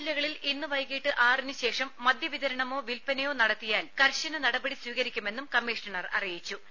ഈ ജില്ലകളിൽ ഇന്ന് വൈകീട്ട് ആറിന് ശേഷം മദ്യ വിതരണമോ വിൽപനയോ നടത്തിയാൽ കർശന നടപടി സ്വീകരിക്കുമെന്നും കമ്മീഷണർ അറിയിച്ചു